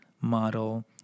model